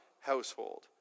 household